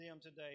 today